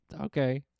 okay